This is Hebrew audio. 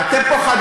אני, אתם פוחדים.